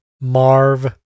Marv